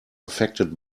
affected